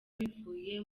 bivuye